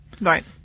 Right